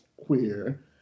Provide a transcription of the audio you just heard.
queer